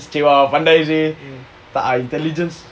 !chey! !wah! pandai seh tak ah intelligence